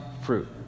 fruit